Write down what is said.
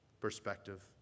perspective